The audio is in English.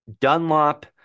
Dunlop